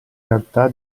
realtà